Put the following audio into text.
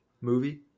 movie